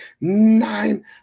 nine